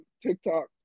TikTok